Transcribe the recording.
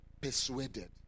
Persuaded